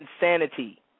insanity